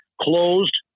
closed